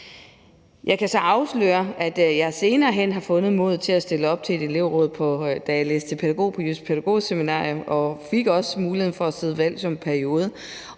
Jeg kan så afsløre, at jeg senere hen fandt modet til at stille op til et elevråd, da jeg læste til pædagog på Jydsk Pædagog Seminarium, og jeg blev også valgt og fik muligheden for at sidde i en periode.